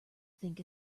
think